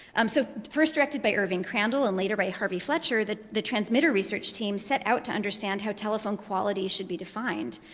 um so, first directed by irving crandall, and later by harvey fletcher, the the transmitter research team set out to understand how telephone quality should be defined.